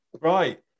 Right